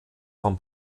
vom